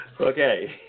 Okay